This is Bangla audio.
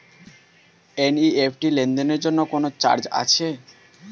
এন.ই.এফ.টি লেনদেনের জন্য কোন চার্জ আছে?